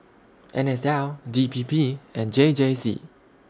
N S L D P P and J J C